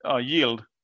yield